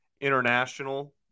international